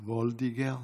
וולדיגר.